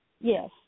Yes